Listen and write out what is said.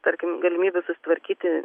tarkim galimybių susitvarkyti